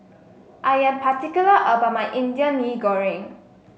I am particular about my Indian Mee Goreng